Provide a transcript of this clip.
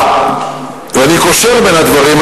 ואני קושר בין הדברים,